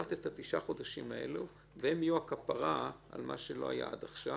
לקחת את תשעת החודשים הללו והם יהיו הכפרה על מה שלא היה עד עכשיו.